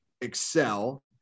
Excel